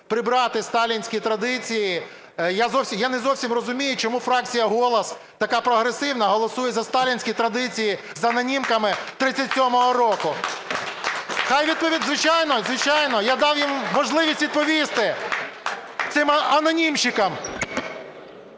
прибрати сталінські традиції. Я не зовсім розумію, чому фракція "Голос" така прогресивна, голосує за сталінські традиції з анонімками 37-го року? Звичайно, я дам їм можливість відповісти, цим анонімщикам.